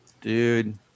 dude